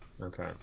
Okay